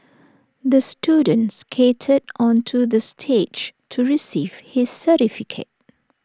the student skated onto the stage to receive his certificate